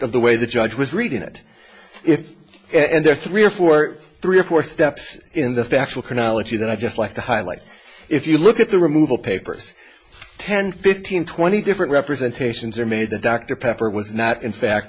of the way the judge was reading it if and there are three or four or three or four steps in the factual chronology that i just like to highlight if you look at the removal papers ten fifteen twenty different representations are made to dr pepper was not in fact